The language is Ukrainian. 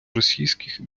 російських